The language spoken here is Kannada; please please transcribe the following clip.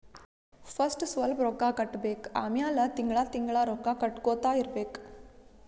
ಫಸ್ಟ್ ಸ್ವಲ್ಪ್ ರೊಕ್ಕಾ ಕಟ್ಟಬೇಕ್ ಆಮ್ಯಾಲ ತಿಂಗಳಾ ತಿಂಗಳಾ ರೊಕ್ಕಾ ಕಟ್ಟಗೊತ್ತಾ ಇರ್ಬೇಕ್